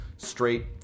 Straight